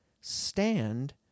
stand